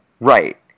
Right